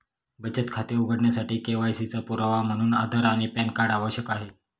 बचत खाते उघडण्यासाठी के.वाय.सी चा पुरावा म्हणून आधार आणि पॅन कार्ड आवश्यक आहे